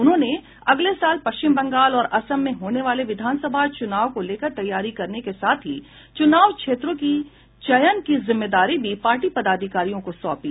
उन्होंने अगले साल पश्चिम बंगाल और असम में होने वाले विधानसभा चुनाव को लेकर तैयारी करने के साथ ही चुनाव क्षेत्रों की चयन की जिम्मेवारी भी पार्टी पदाधिकारियों को सौंपी